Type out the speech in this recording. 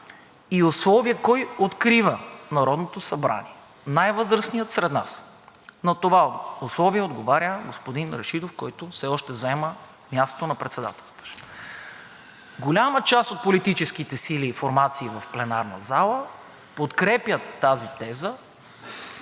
и условие кой открива Народното събрание – най-възрастният сред нас. На това условие отговаря господин Рашидов, който все още заема мястото на председателстващ. Голяма част от политическите сили и формации в пленарната зала подкрепят тезата,